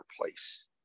place